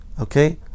okay